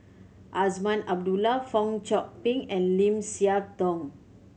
Azman Abdullah Fong Chong Pik and Lim Siah Tong